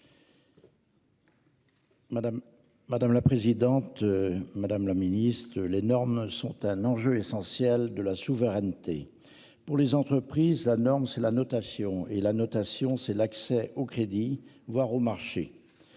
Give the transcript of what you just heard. madame la présidente. Madame la ministre de l'énorme sont un enjeu essentiel de la souveraineté pour les entreprises. La norme c'est la notation et la notation, c'est l'accès au crédit, voire au marché.